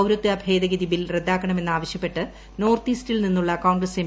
പൌരത്വ ഭേദഗതി ബിൽ റദ്ദാക്കണമെന്ന് ആവശ്യപ്പെട്ട് നോർത്ത് ഈസ്റ്റിൽ നിന്നുള്ള കോൺഗ്രസ് എം